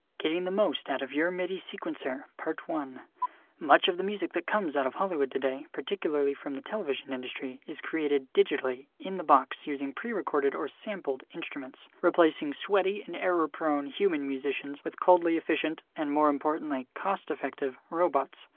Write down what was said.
getting the most out of your midi sequencer part one much of the music that comes out of hollywood today, particularly from the television industry, is created digitally, in the box, using pre-recorded or sampled instruments, replacing sweaty and error-prone human musicians with coldly efficient and, more importantly, cost-effective robots.